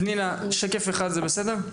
פנינה, שקף אחד זה בסדר?